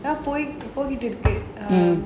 போயிட்டு இருக்கோம்:poyittu irukom err